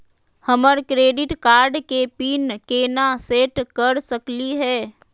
हमर credit card के pin केना सेट कर सकली हे?